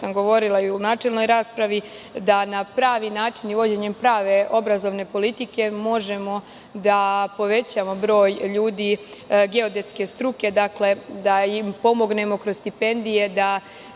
sam govorila i u načelnoj raspravi, da na pravi način i vođenjem prave obrazovne politike možemo da povećamo broj ljudi geodetske struke. Dakle, da im pomognemo kroz stipendije da